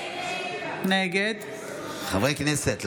נגד חברי הכנסת,